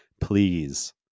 please